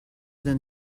than